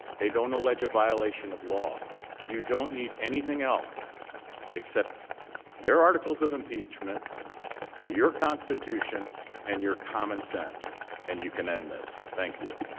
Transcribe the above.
they don't alleged violation of law you don't need anything else except their articles of impeachment your constitution and your common sense and you can end this thank you